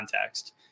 context